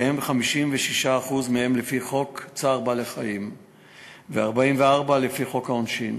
56% מהם לפי חוק צער בעלי-חיים ו-44% מהם